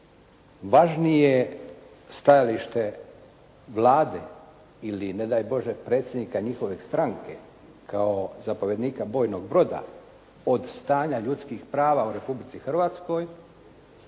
važnije stajalište Vlade ili ne daj Bože predsjednika njihove stranke kao zapovjednika bojnog broda od stanja ljudskih prava u Republici Hrvatskoj